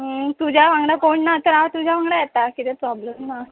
तुज्या वांगडा कोण ना तर हांव तुज्या वांगडा येतां किदें प्रोब्लेम ना